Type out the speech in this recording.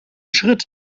schritt